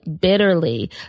bitterly